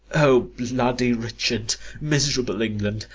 o bloody richard miserable england!